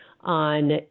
on